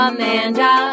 Amanda